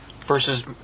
versus